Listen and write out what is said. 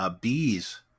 Bees